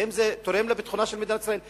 האם זה תורם לביטחונה של מדינת ישראל?